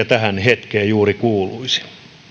tähän hetkeen juuri kuuluisi